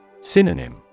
Synonym